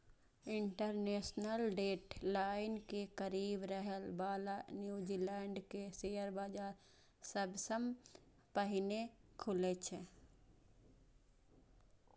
international date line के करीब रहै बला न्यूजीलैंड के शेयर बाजार सबसं पहिने खुलै छै